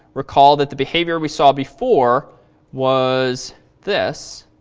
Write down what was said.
recall that the behavior we saw before was this.